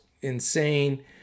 insane